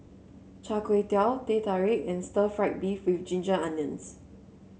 Char Kway Teow Teh Tarik and Stir Fried Beef with Ginger Onions